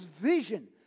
vision